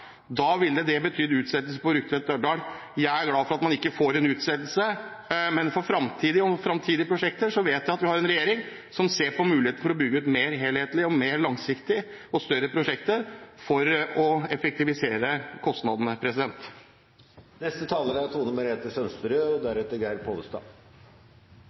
da ville det betydd en utsettelse på Rugtvedt–Dørdal. Jeg er glad for at man ikke får en utsettelse, og når det gjelder framtidige prosjekter, vet jeg at vi har en regjering som ser på muligheten for å bygge ut mer helhetlig og mer langsiktig i større prosjekter for å redusere kostnadene. Fremskrittspartiet minner oss hele tida på at de er